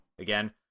Again